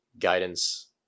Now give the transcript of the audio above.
guidance